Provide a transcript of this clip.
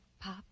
Pop